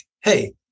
Hey